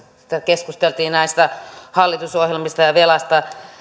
keskusteltiin näistä hallitusohjelmista ja ja velasta